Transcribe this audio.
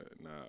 nah